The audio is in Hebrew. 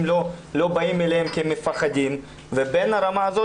לא באים אלינו כי הם מפחדים ובין הרמה הזאת,